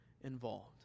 involved